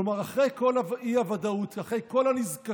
כלומר, אחרי כל האי-ודאות, אחרי כל הנזקקות,